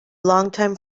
longtime